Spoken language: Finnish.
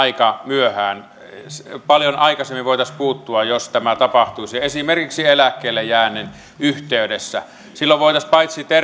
aika myöhään paljon aikaisemmin voitaisiin puuttua jos tämä tapahtuisi esimerkiksi eläkkeellejäännin yhteydessä silloin voitaisiin